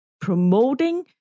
promoting